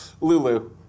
Lulu